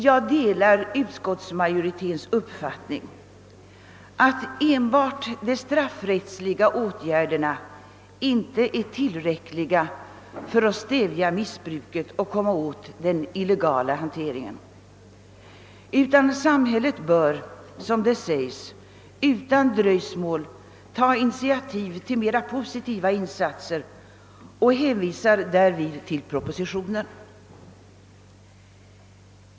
Jag delar utskottsmajoritetens uppfattning att enbart de straffrättsliga åtgärderna inte är tillräckliga för att stävja missbruket och komma åt den illegala hanteringen, utan samhället bör »utan dröjsmål ta initiativ till mera positiva insatser av det slag som nämnts i propositionen».